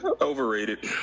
overrated